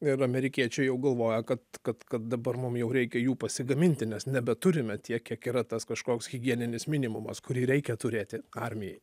ir amerikiečiai jau galvoja kad kad kad dabar mum jau reikia jų pasigaminti nes nebeturime tiek kiek yra tas kažkoks higieninis minimumas kurį reikia turėti armijai